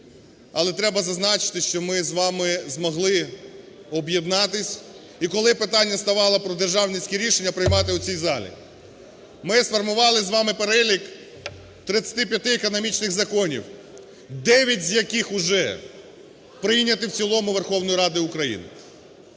але треба зазначити, що ми з вами змогли об'єднатися, і коли питання ставало про державницькі рішення, приймати у цій залі. Ми сформували з вами перелік 35 економічних законів, 9 з яких вже прийняті в цілому Верховною Радою України,